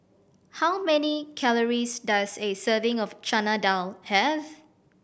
how many calories does a serving of Chana Dal have